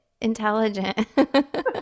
intelligent